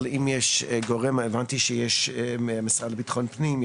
אבל אם יש גורם רלוונטי מהמשרד לבטחון פנים.